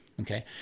Okay